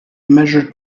measure